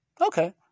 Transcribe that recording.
Okay